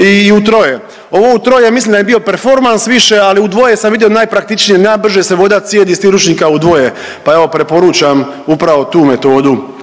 i utroje. Ovo utroje ja mislim da je bio performans više, ali udvoje sam vidio najpraktičnije i najbrže se voda cijedi s tih ručnika udvoje, pa evo preporučam upravo tu metodu